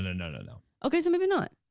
no, no, no, no. okay, so maybe not,